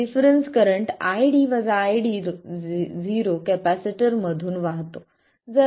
difference current ID Io capacitor मधून वाहतो